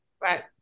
Right